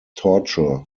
torture